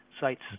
sites